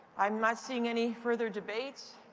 i'm not seeing any further debate.